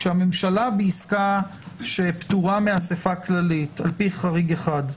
כשהממשלה בעסקה שפטורה מאספה כללית על פי חריג אחד,